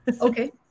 okay